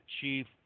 chief